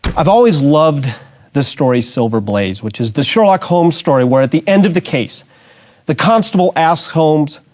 i've always loved the story silver blaze which is the sherlock holmes story where at the end of the case the constable asks holmes,